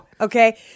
okay